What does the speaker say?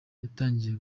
yatangiye